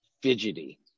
fidgety